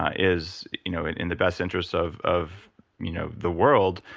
ah is you know in the best interest of of you know the world,